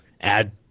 add